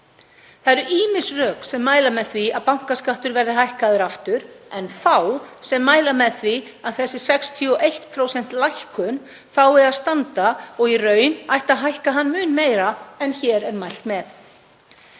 Það eru ýmis rök sem mæla með því að bankaskattur verði hækkaður aftur en fá sem mæla með því að þessi 61% lækkun fái að standa, og í raun ætti að hækka hann mun meira en hér er lagt til.